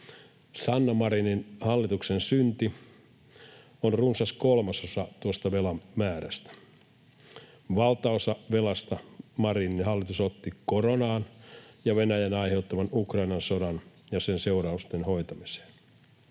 Sanna Marinin hallituksen synti on runsas kolmasosa tuosta velan määrästä. Valtaosan velasta Marinin hallitus otti koronan ja Venäjän aiheuttaman Ukrainan sodan ja niiden seurausten hoitamiseen.